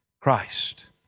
Christ